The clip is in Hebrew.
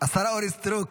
סטרוק